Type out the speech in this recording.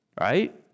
right